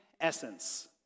essence